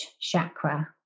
chakra